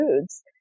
foods